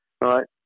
right